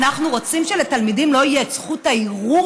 אנחנו רוצים שלתלמידים לא תהיה את זכות הערעור